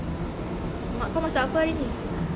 mak kau masak apa hari ni